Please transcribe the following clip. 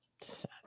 sad